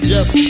Yes